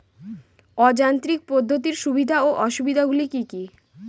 অযান্ত্রিক পদ্ধতির সুবিধা ও অসুবিধা গুলি কি কি?